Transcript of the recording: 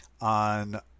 on